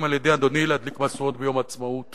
על-ידי אדוני להדליק משואות ביום העצמאות